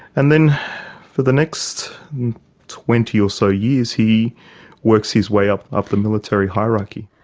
and then for the next twenty or so years, he works his way up up the military hierarchy.